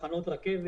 ותחנות רכבת.